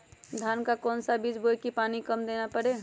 धान का कौन सा बीज बोय की पानी कम देना परे?